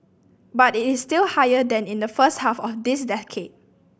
but it is still higher than in the first half of this decade